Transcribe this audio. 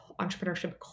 entrepreneurship